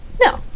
No